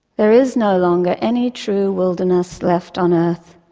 there is no longer any true wilderness left on earth.